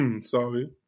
sorry